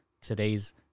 today's